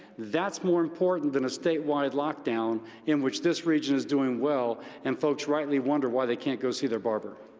that's more important than a statewide lockdown in which this region is doing well and folks rightly wonder why they can't go see their barber.